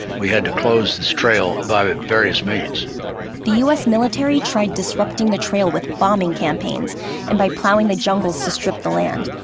we had to close this trail by various means the u s. military tried disrupting the trail with bombing campaigns and by plowing the jungles to strip the land.